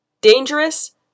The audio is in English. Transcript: dangerous